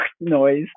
Noise